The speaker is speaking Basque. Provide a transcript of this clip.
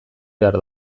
behar